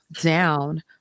down